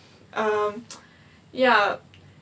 um ya